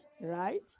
right